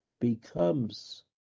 becomes